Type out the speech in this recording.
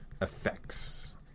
Effects